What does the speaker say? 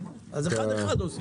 אז אחד אחד עושים.